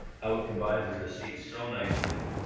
how it combines with the seats so nicely.